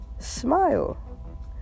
Smile